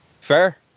Fair